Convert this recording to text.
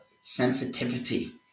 sensitivity